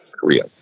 Korea